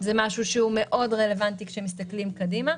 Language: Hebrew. זה דבר שהוא רלוונטי מאוד כאשר מסתכלים קדימה.